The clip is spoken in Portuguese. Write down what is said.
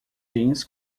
jeans